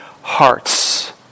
hearts